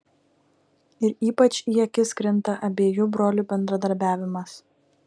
ir ypač į akis krinta abiejų brolių bendradarbiavimas